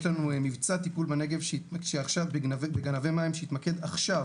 יש לנו מבצע טיפול בגנבי מים שיתמקד עכשיו